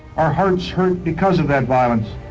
our hearts hurt because of that violence.